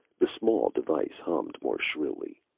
the small device hummed more shrilly.